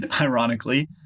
ironically